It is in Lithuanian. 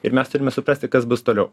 ir mes turime suprasti kas bus toliau